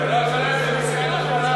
לנו מסך.